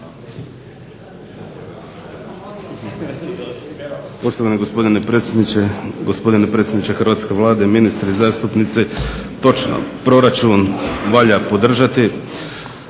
Poštovani gospodine predsjedniče, gospodine predsjedniče hrvatske Vlade, ministri, zastupnici. Točno, proračun valja podržati.